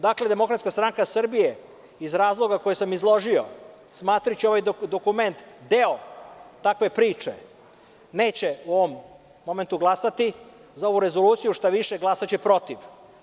Dakle DSS, iz razloga koje sam izložio, smatrajući ovaj dokument deo takve priče neće u ovom momentu glasati za ovu rezoluciju, šta više glasaće protiv.